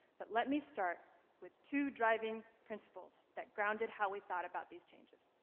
but let me start with two driving principles that grounded how we thought about these changes.